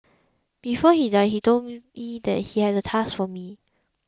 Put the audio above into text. before he died he told me that he had a task for me